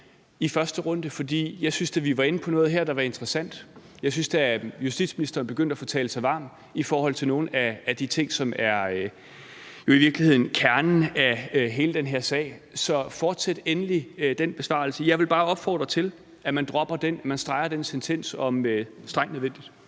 første runde, for jeg synes da, at vi her var inde på noget, der var interessant. Jeg synes da, at justitsministeren begyndte at få talt sig varm i forhold til nogle af de ting, som jo i virkeligheden er kernen i hele den her sag. Så fortsæt endelig den besvarelse. Jeg vil bare opfordre til, at man streger den sentens om strengt nødvendigt.